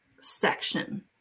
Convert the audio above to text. section